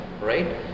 Right